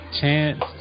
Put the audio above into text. Chance